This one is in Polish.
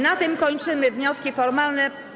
Na tym kończymy wnioski formalne.